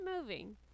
moving